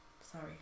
Sorry